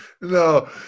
No